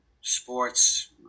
sports